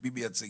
מי מייצג,